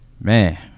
Man